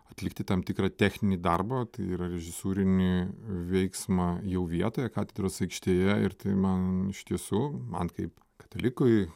atlikti tam tikrą techninį darbą tai yra režisūrinį veiksmą jau vietoje katedros aikštėje ir tai man iš tiesų man kaip katalikui